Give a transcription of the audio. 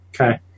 okay